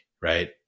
right